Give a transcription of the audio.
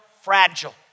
fragile